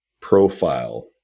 profile